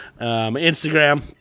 Instagram